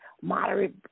moderate